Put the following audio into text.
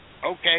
Okay